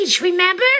remember